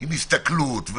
עם הסתכלות,